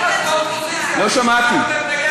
לא שמעתי.